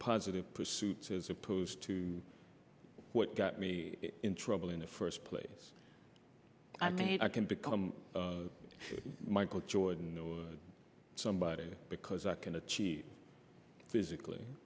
positive pursuits as opposed to what got me in trouble in the first place i made i can become michael jordan or somebody because i can achieve physic